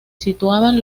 situaban